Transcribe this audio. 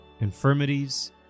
infirmities